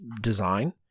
design